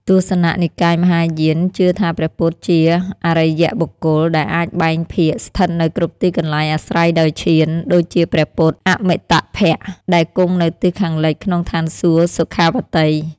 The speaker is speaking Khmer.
ទស្សនៈនិកាយមហាយានជឿថាព្រះពុទ្ធជា អច្ឆរិយបុគ្គល ដែលអាចបែងភាគស្ថិតនៅគ្រប់ទីកន្លែងអាស្រ័យដោយឈាន ដូចជាព្រះពុទ្ធ អមិតាភៈ ដែលគង់នៅទិសខាងលិចក្នុងឋានសួគ៌ សុខាវតី។